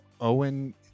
Owen